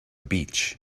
beach